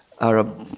Arab